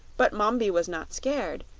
but mombi was not scared,